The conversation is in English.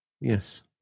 Yes